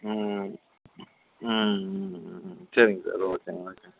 ம் ம் ம் ம் சரிங்க சார் ஓகே ஓகே